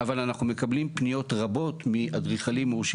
אבל אנחנו מקבלים פניות רבות מאדריכלים מורשים